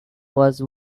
was